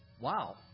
wow